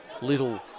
Little